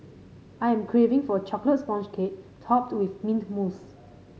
I am craving for a chocolate sponge cake topped with mint mousse